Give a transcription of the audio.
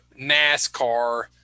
NASCAR